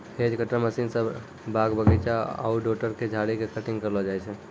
hedge cutter machine स बाग बगीचा, आउटडोर के झाड़ी के कटिंग करलो जाय छै